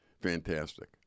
fantastic